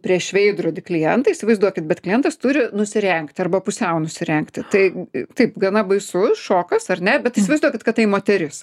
prieš veidrodį klientą įsivaizduokit bet klientas turi nusirengti arba pusiau nusirengti tai taip gana baisus šokas ar ne bet įsivaizduokit kad tai moteris